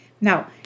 Now